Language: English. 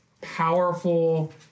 powerful